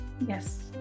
Yes